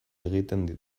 egiten